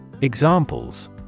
Examples